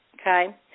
okay